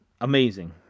amazing